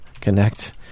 connect